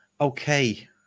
Okay